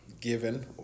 given